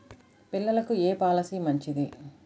పిల్లలకు ఏ పొలసీ మంచిది?